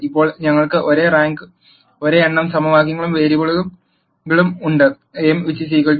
ഇപ്പോൾ ഞങ്ങൾക്ക് ഒരേ എണ്ണം സമവാക്യങ്ങളും വേരിയബിളുകളും ഉണ്ട് m n